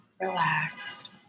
relaxed